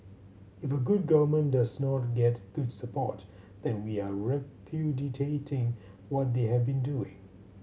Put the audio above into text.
if a good government does not get good support then we are repudiating what they have been doing